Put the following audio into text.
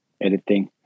editing